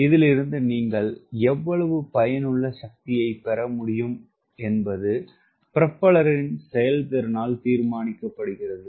இதிலிருந்து நீங்கள் எவ்வளவு பயனுள்ள சக்தியைப் பெற முடியும் என்பது புரோப்பல்லரின் செயல்திறனால் தீர்மானிக்கப்படுகிறது